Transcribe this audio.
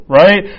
right